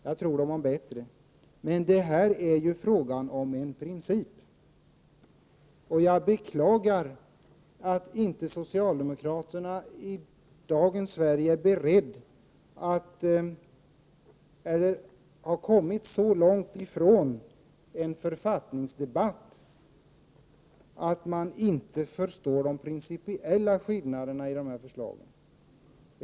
Jag tror dem om bättre, men detta är ju fråga om en princip. Jag beklagar att socialdemokraterna i dag har kommit så långt ifrån en författningsdebatt, att man inte förstår de principiella skillnaderna i dessa förslag.